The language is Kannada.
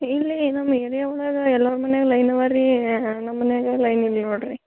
ಇಲ್ಲರಿ ನಮ್ಮ ಏರಿಯ ಒಳಗೆ ಎಲ್ಲರ ಮನೆಗೆ ಲೈನ್ ಅವ ರೀ ನಮ್ಮ ಮನೆಯಾಗ ಲೈನ್ ಇಲ್ಲ ನೋಡಿರಿ